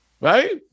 Right